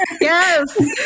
yes